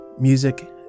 music